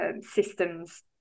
systems